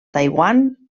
taiwan